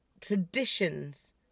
traditions